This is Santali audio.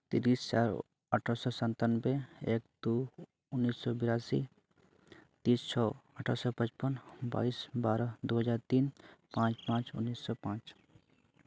ᱛᱤᱨᱤᱥᱟ ᱟᱴᱷᱨᱚᱥᱚ ᱥᱟᱛᱟᱱᱚᱵᱵᱳᱭ ᱮᱠ ᱫᱩ ᱩᱱᱤᱥᱥᱚ ᱵᱤᱨᱟᱥᱤ ᱛᱤᱨᱤᱥ ᱪᱷᱚ ᱟᱴᱷᱨᱚᱥᱚ ᱯᱟᱸᱪᱯᱚᱱ ᱵᱟᱭᱤᱥ ᱵᱟᱨᱚ ᱫᱩ ᱦᱟᱡᱟᱨ ᱛᱤᱱ ᱯᱟᱸᱪ ᱯᱟᱸᱪ ᱩᱱᱤᱥᱥᱚ ᱯᱟᱸᱪ